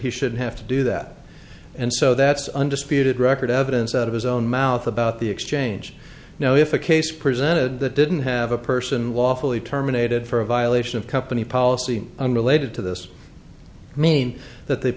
he should have to do that and so that's undisputed record evidence out of his own mouth about the exchange now if a case presented that didn't have a person lawfully terminated for a violation of company policy unrelated to this mean that the